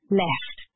left